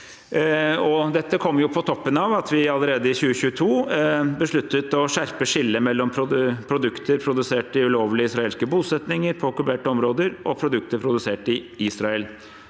Dette kommer på toppen av at vi allerede i 2022 besluttet å skjerpe skillet mellom produkter produsert i ulovlige israelske bosetninger på okkuperte områder og produkter produsert i Israel.